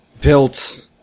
built